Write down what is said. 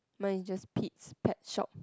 mine is just Pete's pet shop